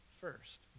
First